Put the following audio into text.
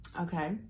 Okay